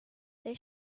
they